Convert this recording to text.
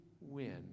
win